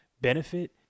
benefit